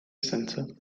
center